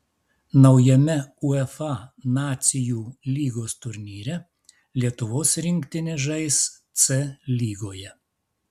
naujame uefa nacijų lygos turnyre lietuvos rinktinė žais c lygoje